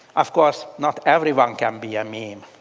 of course, not everyone can be a meme.